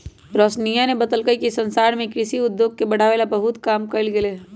रोशनीया ने बतल कई कि संसार में कृषि उद्योग के बढ़ावे ला बहुत काम कइल गयले है